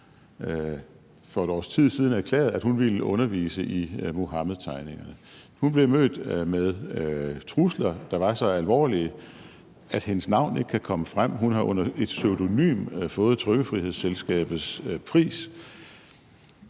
for et års tid siden erklærede, at hun ville undervise i Muhammedtegningerne. Hun blev mødt med trusler, der var så alvorlige, at hendes navn ikke kan komme frem. Hun har under et pseudonym fået Trykkefrihedsselskabets pris.